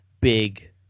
big